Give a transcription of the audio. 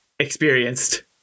experienced